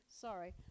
Sorry